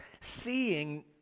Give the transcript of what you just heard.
seeing